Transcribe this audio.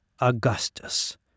Augustus